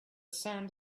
sand